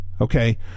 Okay